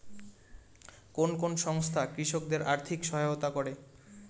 কোন কোন সংস্থা কৃষকদের আর্থিক সহায়তা করে?